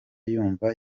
yumva